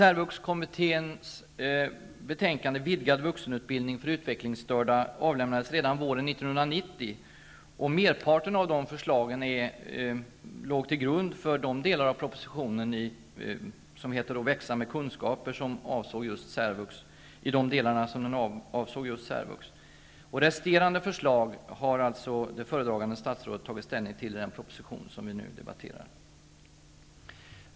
avlämnades redan våren 1990. Merparten av de förslagen låg till grund för de delar av propositionen Resterande förslag har föredragande statsrådet tagit ställning till i den proposition som vi nu debatterar.